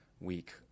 week